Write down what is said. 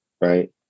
right